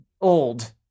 old